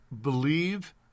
believe